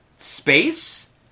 Space